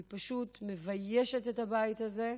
היא פשוט מביישת את הבית הזה.